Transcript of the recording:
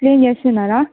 clean చేస్తున్నారా